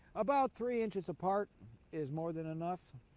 about three inches apart is more than enough.